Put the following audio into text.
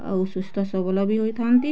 ଆଉ ସୁସ୍ଥ ସବଳ ବି ହୋଇଥାନ୍ତି